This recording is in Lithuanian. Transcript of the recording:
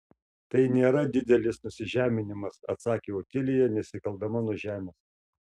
tai nėra didelis nusižeminimas atsakė otilija nesikeldama nuo žemės